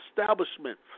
establishment